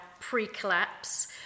pre-collapse